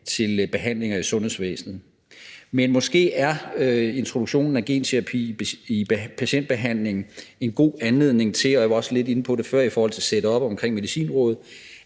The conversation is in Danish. til behandlinger i sundhedsvæsenet, men måske er introduktionen af genterapi i patientbehandling en god anledning til – og jeg var også lidt inde på det før i forhold til setuppet omkring Medicinrådet